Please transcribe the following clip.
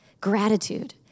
Gratitude